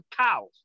cows